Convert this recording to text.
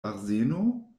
azeno